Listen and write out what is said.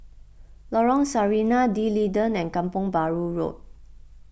Lorong Sarina D'Leedon and Kampong Bahru Road